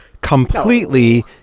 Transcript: completely